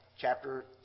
Chapter